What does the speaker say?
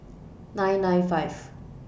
nine nine five